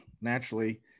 naturally